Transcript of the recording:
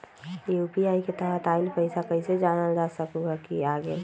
UPI के तहत आइल पैसा कईसे जानल जा सकहु की आ गेल?